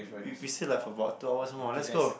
we we still have about two hours more let's go